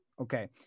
Okay